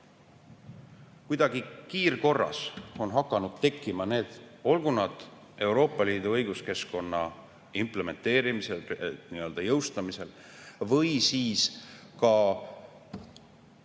Kuidagi kiirkorras on hakanud tekkima, olgu nad Euroopa Liidu õiguskeskkonna implementeerimisel, nii-öelda jõustamisel, või siis ka